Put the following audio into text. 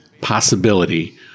possibility